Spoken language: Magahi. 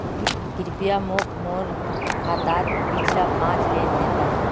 कृप्या मोक मोर खातात पिछला पाँच लेन देन दखा